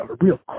real